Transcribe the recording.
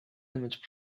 image